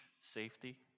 safety